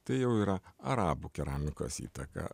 tai jau yra arabų keramikos įtaka